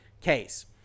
case